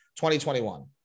2021